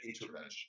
intervention